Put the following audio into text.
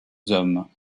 hommes